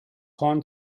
horn